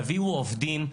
תביאו עובדים,